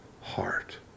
heart